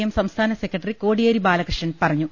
M സംസ്ഥാന secretary Kodiyeri Balakrishnan പറഞ്ഞു